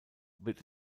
wird